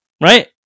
right